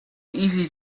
easy